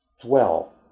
dwell